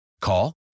Call